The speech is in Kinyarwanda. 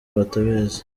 batabizi